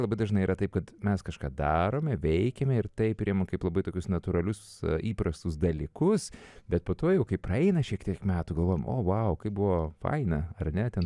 labai dažnai yra taip kad mes kažką darome veikiame ir tai priima kaip labai tokius natūralius įprastus dalykus bet po to jau kai praeina šiek tiek metų galvojam o vau kaip buvo faina ar ne ten